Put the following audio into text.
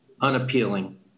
unappealing